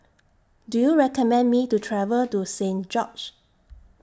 Do YOU recommend Me to travel to Saint George's